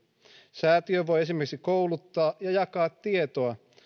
säätiö voi esimerkiksi kouluttaa ja jakaa tietoa